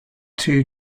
two